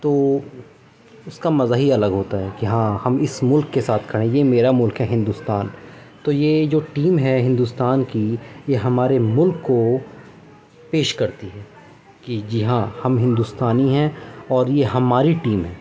تو اس کا مزا ہی الگ ہوتا ہے کہ ہاں ہم اس ملک کے ساتھ کھڑے یہ میرا ملک ہے ہندوستان تو یہ جو ٹیم ہے ہندوستان کی یہ ہمارے ملک کو پیش کرتی ہے کہ جی ہاں ہم ہندوستانی ہیں اور یہ ہماری ٹیم ہے